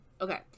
Okay